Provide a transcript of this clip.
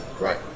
Right